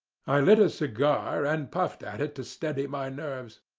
i lit a cigar, and puffed at it to steady my nerves,